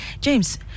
James